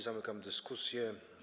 Zamykam dyskusję.